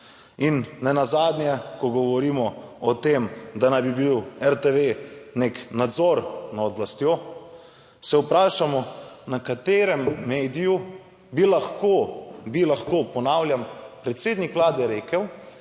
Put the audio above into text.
In ne nazadnje, ko govorimo o tem, da naj bi bil RTV nek nadzor nad oblastjo, se vprašamo, na katerem mediju bi lahko, bi lahko ponavljam predsednik Vlade rekel,